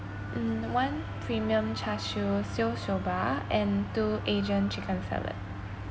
mm one premium char siew shoyu soba and two asian chicken salad